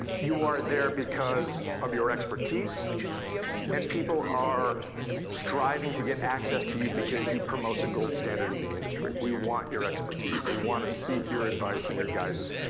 you are there because of your expertise and people are striving to get access to you because you promote the gold standard in the industry. we want your expertise, we want to seek your advise and your guidance,